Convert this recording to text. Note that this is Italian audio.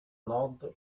nord